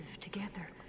together